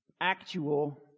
actual